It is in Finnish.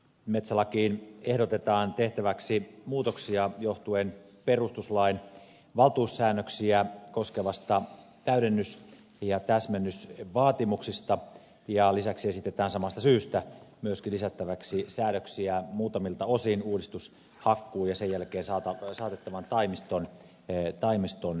metsälakiin ehdotetaan tehtäväksi muutoksia johtuen perustuslain valtuussäännöksiä koskevista täydennys ja täsmennysvaatimuksista ja lisäksi esitetään samasta syystä myöskin lisättäväksi säädöksiä muutamilta osin uudistushakkuun ja sen jälkeen saatettavan taimiston perustamiseen